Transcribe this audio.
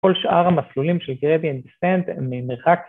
כל שאר המסלולים של gradient descent הם ממרחק.